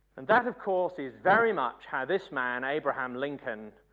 and that of course is very much how this man, abraham lincoln,